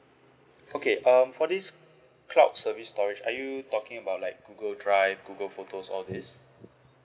okay um for this cloud service storage are you talking about like google drive google photos all these